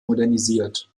modernisiert